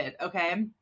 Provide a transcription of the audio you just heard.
Okay